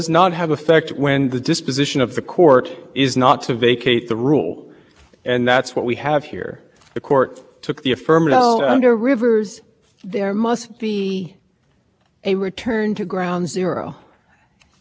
of the court is not to vacate the rule and that's what we have here the court took the affirmative well under rivers there must be a return to ground zero i just want to be clear about this in other